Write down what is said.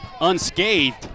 unscathed